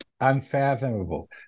unfathomable